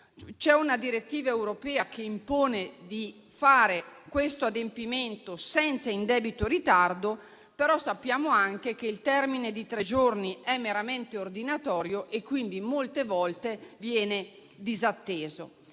C'è una direttiva europea che impone di fare questo adempimento senza indebito ritardo, però sappiamo anche che il termine di tre giorni è meramente ordinatorio e quindi molte volte viene disatteso.